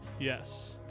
Yes